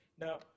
Now